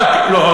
לא,